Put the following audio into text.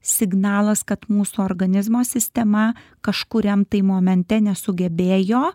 signalas kad mūsų organizmo sistema kažkuriam tai momente nesugebėjo